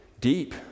deep